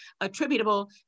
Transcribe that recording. attributable